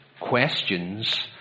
questions